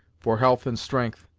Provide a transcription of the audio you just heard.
for health and strength!